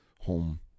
home